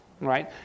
right